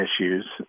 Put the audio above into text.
issues